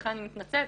אני מתנצלת,